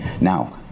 Now